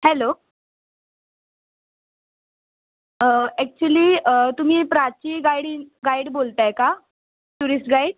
hello actually तुम्ही प्राची गाडी guide बोलत आहे का टुरिस्ट गाईड